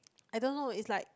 I don't know it's like